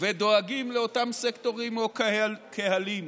ודואגים לאותם סקטורים או קהלים.